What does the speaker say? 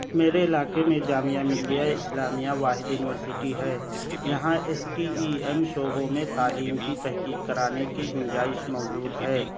میرے علاقے میں جامعہ ملیہ اسلامیہ واحد یونیورسٹی ہے جہاں ایس ٹی ای ایم شعبوں میں تعلیم کی تحقیق کرانے کی گنجائش موجود ہے